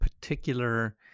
particular